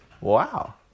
Wow